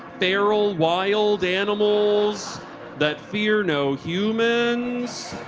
barrel wild animals that fear no humans.